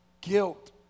Guilt